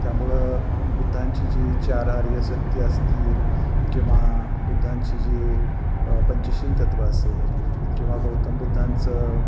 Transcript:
त्यामुळं बुद्धांची जी चार आर्यसत्यं असतील किंवा बुद्धांची जी पंचशील तत्व असेल किंवा गौतम बुद्धांचं